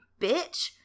bitch